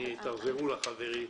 תחזרו לחברים.